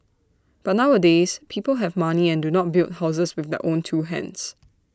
but nowadays people have money and do not build houses with their own two hands